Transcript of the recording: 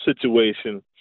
situation